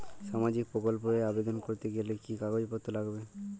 সামাজিক প্রকল্প এ আবেদন করতে গেলে কি কাগজ পত্র লাগবে?